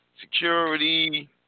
security